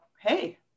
Hey